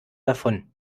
davon